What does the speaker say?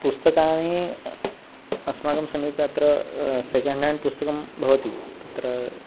पुस्तकानि अस्माकं समीपे अत्र सेकेण्ड् ह्याण्ड् पुस्तकं भवति तत्र